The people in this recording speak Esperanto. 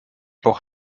por